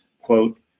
quote